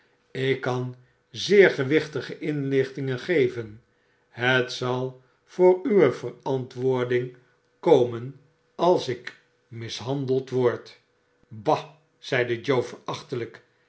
ik kan zeer gewichtige inlichtingen geyen het zal voor uwe verantwoording komen als ik mishandeld word bap zeide joe